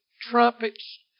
trumpets